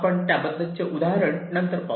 आपण त्याबद्दल चे उदाहरण नंतर पाहू